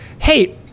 hey